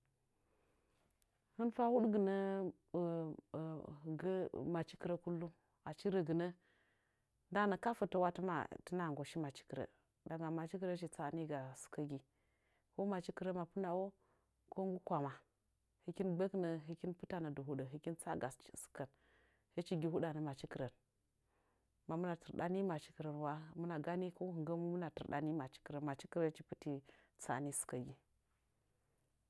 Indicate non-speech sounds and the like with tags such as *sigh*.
Hɨn fa huɗgɨnə *hesitation* hɨngə machikɨrə kullum achi rəgɨnə ndana kafətə tɨna nggoshi machikɨrə ndama machikɨrə hɨch tsa'aniga sɨkəgi machikɨrə mapɨna'o ko nggɨ kwama hɨkin gbək nəə hɨkin pɨtanə dɨ hudə hɨkin tsaga shi sɨkən hɨchi gi huɗanə machikɨrən maman tɨrɗani machikɨrənwa hɨmɨna gani ko hɨngə mu hɨmɨna tirɗa nimachikɨrən hɨch pɨti tsa'ani sikəgi